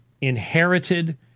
inherited